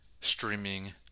streaming